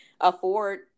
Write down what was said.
afford